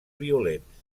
violents